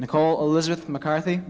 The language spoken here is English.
nicole elizabeth mccarthy